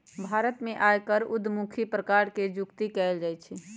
भारत में आयकर उद्धमुखी प्रकार से जुकती कयल जाइ छइ